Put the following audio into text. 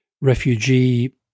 refugee